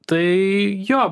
tai jo